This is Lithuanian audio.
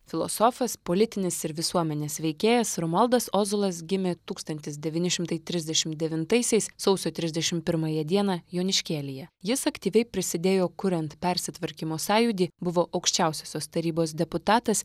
filosofas politinis ir visuomenės veikėjas romualdas ozolas gimė tūkstantis devyni šimtai trisdešimt devintaisiais sausio trisdešimt pirmąją dieną joniškėlyje jis aktyviai prisidėjo kuriant persitvarkymo sąjūdį buvo aukščiausiosios tarybos deputatas